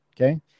Okay